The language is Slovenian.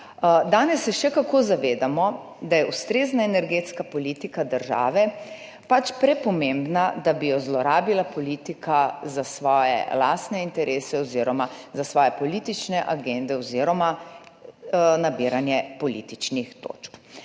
Danes se še kako zavedamo, da je ustrezna energetska politika države pač prepomembna, da bi jo zlorabila politika za svoje lastne interese oziroma za svoje politične agende oziroma za nabiranje političnih točk.